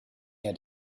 had